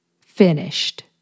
finished